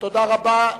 תודה רבה.